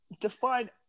Define